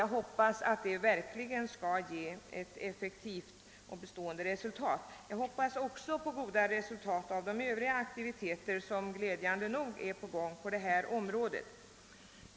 Jag hoppas att denna kampanj verkligen skall leda till effektiva och bestående resultat och att så även skall vara fallet med övriga aktiviteter som glädjande nog pågår på detta område.